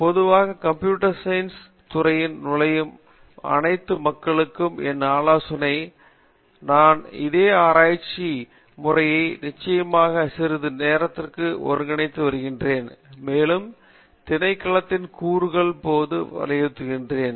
பொதுவாக computer science துறையினுள் நுழையும் அனைத்து மக்களுக்கும் என் ஆலோசனையுடன் நான் அதே ஆராய்ச்சி முறையை நிச்சயமாக சிறிது நேரத்திற்கு ஒருங்கிணைத்து வருகிறேன் மேலும் திணைக்களத்தின் கூறுகளின் போது நான் வலியுறுத்துகிறேன்